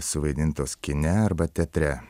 suvaidintos kine arba teatre